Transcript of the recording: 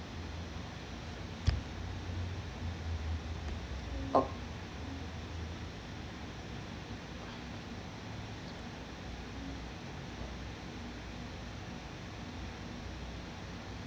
mm oh